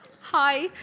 Hi